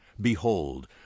Behold